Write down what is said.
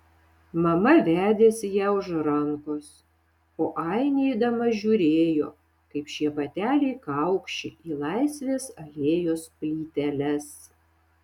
mama vedėsi ją už rankos o ainė eidama žiūrėjo kaip šie bateliai kaukši į laisvės alėjos plyteles